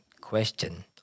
question